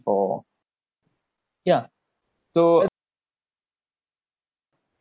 for yeah so